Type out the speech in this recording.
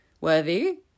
worthy